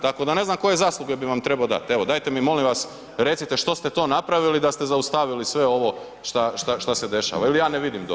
Tako da ne znam koje zasluge bi vam trebao dati, evo dajte mi molim vas recite što ste to napravili da ste zaustavili sve ovo šta se dešava ili ja ne vidim dobro.